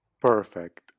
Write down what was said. Perfect